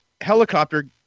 helicopter